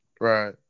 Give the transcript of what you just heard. Right